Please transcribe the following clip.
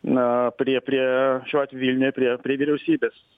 na prie prie šiuo atveju vilniuje prie prie vyriausybės